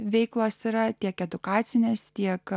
veiklos yra tiek edukacinės tiek